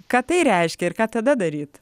ką tai reiškia ir ką tada daryt